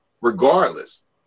regardless